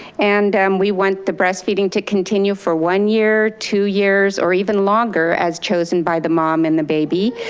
and we want the breastfeeding to continue for one year, two years, or even longer as chosen by the mom and the baby.